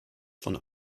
von